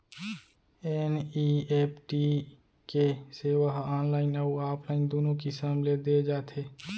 NEFT के सेवा ह ऑनलाइन अउ ऑफलाइन दूनो किसम ले दे जाथे